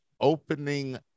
opening